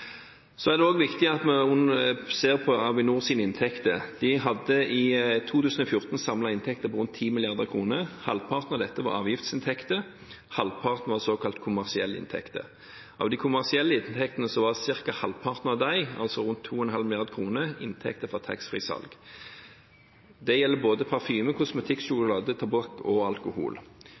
ser på Avinors inntekter. De hadde i 2014 samlede inntekter på rundt 10 mrd. kr – halvparten av dette var avgiftsinntekter, halvparten var såkalt kommersielle inntekter. Av de kommersielle inntektene var ca. halvparten av dem, altså rundt 2,5 mrd. kr, inntekter fra taxfree-salg. Det gjelder både parfyme, kosmetikk, sjokolade, tobakk og alkohol.